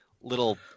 little